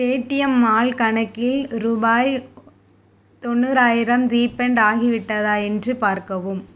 Paytm Mall கணக்கில் ரூபாய் தொண்ணூறாயிரம் ரீஃபண்ட் ஆகிவிட்டதா என்று பார்க்கவும்